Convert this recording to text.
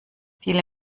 viele